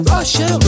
Russia